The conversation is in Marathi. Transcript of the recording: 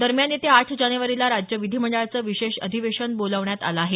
दरम्यान येत्या आठ जानेवारीला राज्य विधिमंडळाचं विशेष अधिवेशन बोलावण्यात आलं आहे